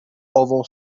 ową